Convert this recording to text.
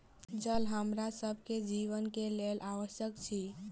जल हमरा सभ के जीवन के लेल आवश्यक अछि